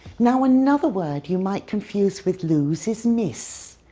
now, another word you might confuse with lose is miss.